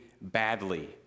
badly